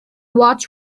watch